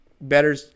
better